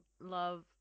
love